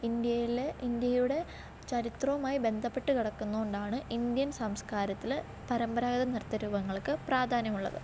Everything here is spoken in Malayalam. ഇന്ത്യയിൽ ഇന്ത്യയുടെ ചരിത്രവുമായി ബന്ധപ്പെട്ട് കിടക്കുന്നതുകൊണ്ടാണ് ഇന്ത്യൻ സംസ്കാരത്തിൽ പരമ്പരാഗത നൃത്തരൂപങ്ങൾക്ക് പ്രാധാന്യമുള്ളത്